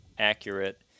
accurate